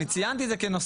אני ציינתי את זה כנוסף.